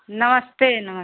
नमस्ते नमस्ते